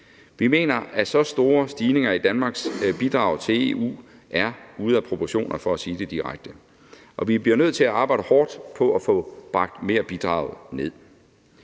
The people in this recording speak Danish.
Vi mener, at så store stigninger i Danmarks bidrag til EU er ude af proportioner – for at sige det direkte – og vi bliver nødt til at arbejde hårdt på at få bragt merbidraget ned.